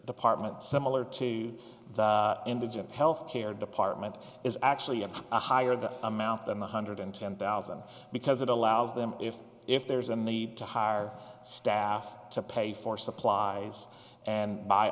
department similar to the indigent health care department is actually a higher the amount than one hundred ten thousand because it allows them if if there's a need to hire staff to pay for supplies and b